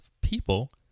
people